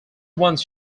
ones